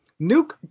nuke